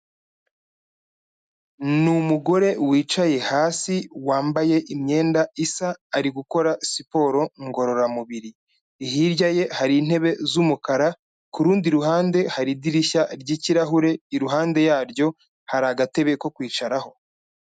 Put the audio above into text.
Ni umugore wicaye hasi wambaye imyenda isa ari gukora siporo ngororamubiri, hirya ye hari intebe z'umukara ku rundi ruhande hari idirishya ryikirahure, iruhande yaryo hari agatebe ko kwicaraho.